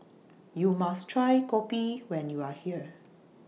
YOU must Try Kopi when YOU Are here